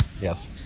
Yes